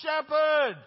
shepherd